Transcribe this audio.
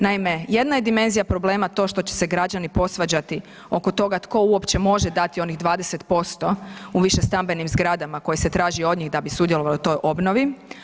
Naime, jedna je dimenzija problema to što će se građani posvađati oko toga tko uopće može dati onih 20% u više stambenim zgradama koje se traže od njih da bi sudjelovali u toj obnovi.